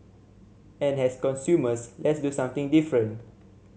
and as consumers let's do something different